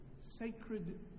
sacred